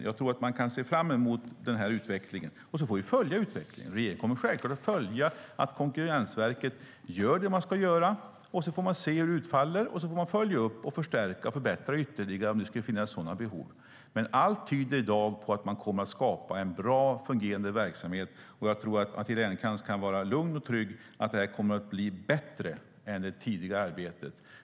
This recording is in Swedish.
Jag tror att vi kan se fram emot den här utvecklingen. Sedan får vi följa den. Regeringen kommer självklart att följa att Konkurrensverket gör det som de ska göra, och så får vi se hur det utfaller och följa upp, förstärka och förbättra ytterligare om det skulle finnas sådana behov. Men allt tyder i dag på att man kommer att skapa en bra, fungerande verksamhet, och jag tror att Matilda Ernkrans kan vara lugn och trygg i att det här kommer att bli bättre än det tidigare arbetet.